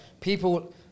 People